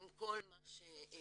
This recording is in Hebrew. עם כל מה שהפעלנו,